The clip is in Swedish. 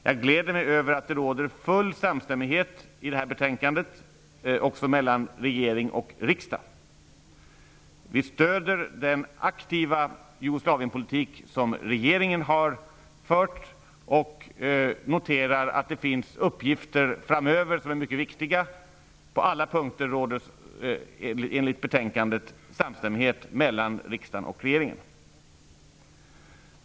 Jag gläder mig över att det i detta betänkande råder full samstämmighet också mellan regering och riksdag. Vi stöder den aktiva Jugoslavienpolitik som regeringen har fört och noterar att det även framöver finns mycket viktiga uppgifter. På alla punkter råder enligt betänkandet samstämmighet mellan regeringen och riksdagen.